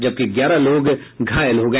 जबकि ग्यारह लोग घायल हो गए